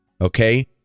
Okay